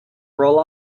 roll